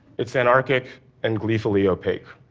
it's anarchic and gleefully opaque.